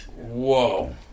whoa